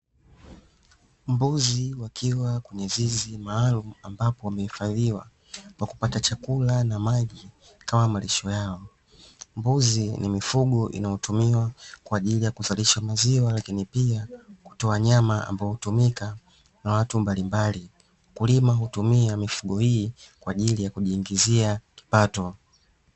Mbuzi wakiwa kwenye zizi maalumu ambapo wamehifadhiwa kwa kupata chakula na maji kama malisho yao, mbuzi ni mifugo inayotumiwa kwa ajili ya kuzalisha maziwa lakini pia kutoa nyama ambayo hutumika na watu mbalimbali, mkulima hutumia mifugo hii kwa ajili ya kujiingizia kipato.